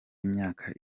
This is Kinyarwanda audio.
imyaka